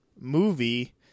movie